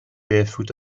barefoot